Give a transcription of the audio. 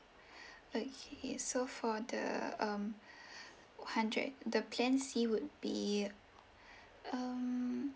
okay so for the um hundred and the plan C would be um